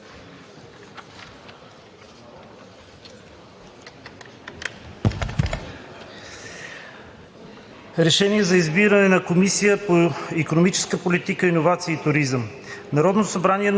РЕШЕНИЕ за избиране на Комисия по икономическа политика, иновации и туризъм